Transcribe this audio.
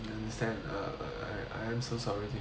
I am so sorry to hear that uh